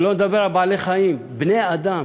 שלא לדבר על בעלי-חיים, בני-אדם.